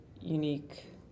unique